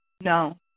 No